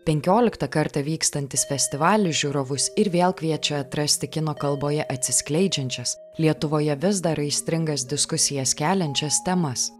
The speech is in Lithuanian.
penkioliktą kartą vykstantis festivalis žiūrovus ir vėl kviečia atrasti kino kalboje atsiskleidžiančias lietuvoje vis dar aistringas diskusijas keliančias temas